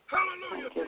Hallelujah